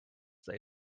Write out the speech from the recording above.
they